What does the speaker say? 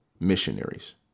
missionaries